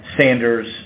Sanders